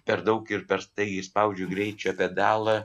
per daug ir per staigiai spaudžiu greičio pedalą